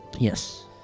Yes